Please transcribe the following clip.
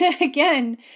again